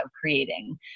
creating